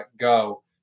go